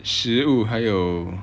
食物还有